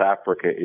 Africa